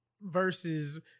versus